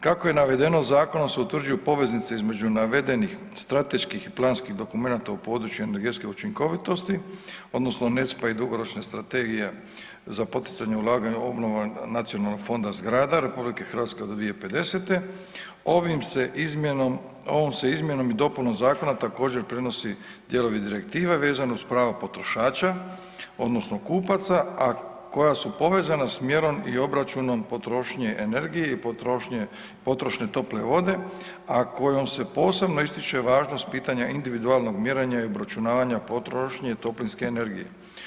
Kako je navedeno, zakonom se utvrđuju poveznice između navedenih strateških i planskih dokumenata u području energetske učinkovitosti, odnosno ... dugoročne strategije za poticanje ulaganja u obnovu nacionalnog fonda zgrada RH od 2050., ovom se izmjenom i dopunom zakona također, prenosi dijelovi direktive vezano uz prava potrošača, odnosno kupaca, a koja su povezana s mjerom i obračunom potrošnje energije i potrošne tople vode, a kojom se posebno ističe važnost pitanja individualnog mjerenja i obračunavanja potrošnje toplinske energije.